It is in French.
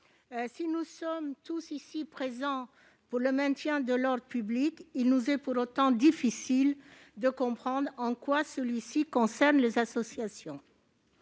Si nous sommes tous ici favorables au maintien de l'ordre public, il nous est pour autant difficile de comprendre en quoi celui-ci concerne les associations.